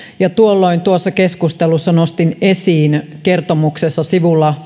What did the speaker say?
ja tuolloin keskustelussa nostin esiin kertomuksessa sivulla